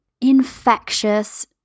infectious